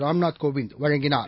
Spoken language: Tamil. ராம்நாத் கோவிந்த் வழங்கினார்